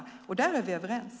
Där är vi överens.